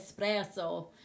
espresso